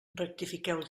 rectifiqueu